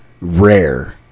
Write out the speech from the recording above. rare